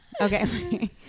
Okay